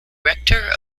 rector